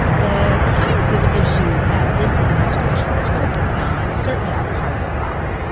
the kinds of issues that this administration's focused on certainly are part of the problem.